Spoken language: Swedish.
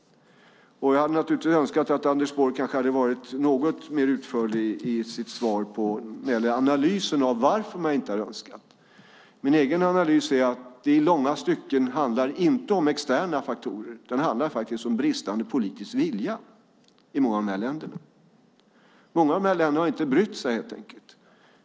Jag hade naturligtvis önskat att Anders Borg hade varit något mer utförlig i sitt svar när det gäller analysen av varför man inte har nått målen. Min egen analys är att det i långa stycken inte handlar om externa faktorer, utan det handlar om bristande politisk vilja i många av dessa länder. Många av länderna har helt enkelt inte brytt sig.